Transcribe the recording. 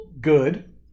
Good